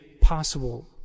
possible